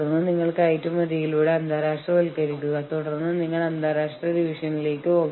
മറ്റൊരു ആശുപത്രിയിലെ ലാബ് ടെക്നീഷ്യൻമാർ പറയുന്നു ഞങ്ങളുടെ ലാബുകളിൽ ഞങ്ങൾക്ക് സംരക്ഷണ ഉപകരണങ്ങൾ നൽകുന്നില്ല